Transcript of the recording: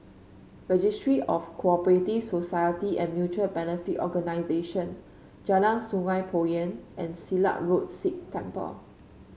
Registry of Co Operative Society and Mutual Benefit Organisation Jalan Sungei Poyan and Silat Road Sikh Temple